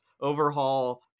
overhaul